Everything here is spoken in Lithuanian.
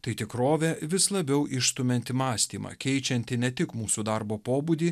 tai tikrovė vis labiau išstumianti mąstymą keičianti ne tik mūsų darbo pobūdį